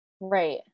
Right